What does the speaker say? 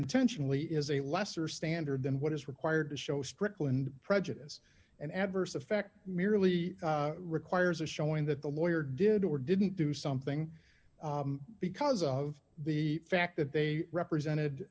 intentionally is a lesser standard than what is required to show strickland prejudice an adverse effect merely requires a showing that the lawyer did or didn't do something because of the fact that they represented